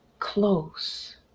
Close